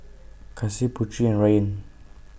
Kasih Putri and Ryan